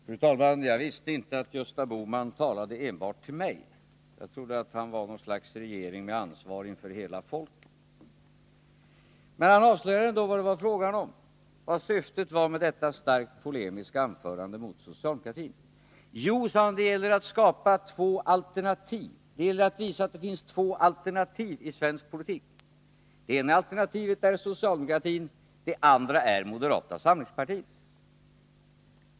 Fru talman! Jag visste inte att Gösta Bohman talade enbart till mig. Jag trodde att han representerade regeringen och hade ansvar inför hela folket. Men han avslöjade ändå vad det var fråga om, vad syftet var med detta starkt polemiska anförande mot socialdemokratin. Det gäller, sade han, att skapa två alternativ. Det gäller att visa att det finns två alternativ i svensk politik. Det ena alternativet är socialdemokratin och det andra är moderata samlingspartiet.